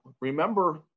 remember